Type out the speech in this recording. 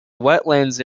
wetlands